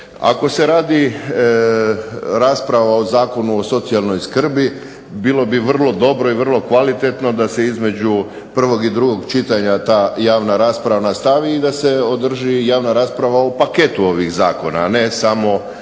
Ako se radi rasprava o Zakonu o socijalnoj skrbi bilo bi vrlo dobro i vrlo kvalitetno da se između prvog i drugog čitanja ta javna rasprava nastavi i da se održi javna rasprava o paketu ovih zakona, a ne samo